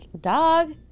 Dog